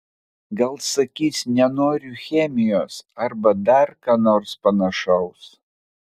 gal sakys nenoriu chemijos arba dar ką nors panašaus